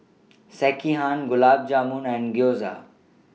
Sekihan Gulab Jamun and Gyoza